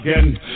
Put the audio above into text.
again